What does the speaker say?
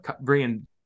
bringing